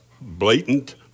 blatant